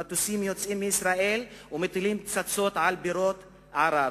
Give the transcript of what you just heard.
מטוסים יוצאים מישראל ומטילים פצצות על בירות ערב.